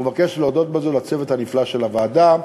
ומבקש להודות בזה לצוות הנפלא של הוועדה,